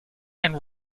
and